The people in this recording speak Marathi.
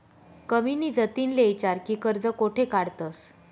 कविनी जतिनले ईचारं की कर्ज कोठे काढतंस